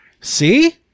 See